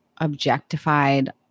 objectified